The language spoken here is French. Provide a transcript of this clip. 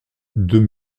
deux